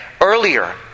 earlier